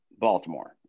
Baltimore